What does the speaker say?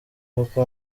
koko